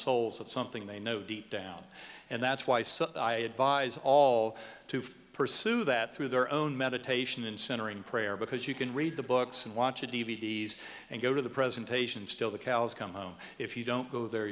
souls of something they know deep down and that's why i advise all to pursue that through their own meditation in centering prayer because you can read the books and watch d v d s and go to the presentations till the cows come home if you don't go there